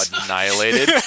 annihilated